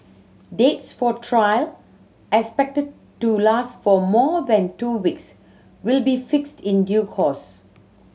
dates for trial expected to last for more than two weeks will be fixed in due course